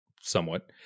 somewhat